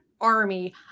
army